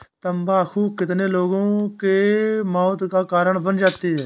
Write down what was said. तम्बाकू कितने लोगों के मौत का कारण बन जाती है